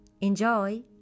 Enjoy